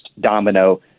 domino